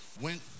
went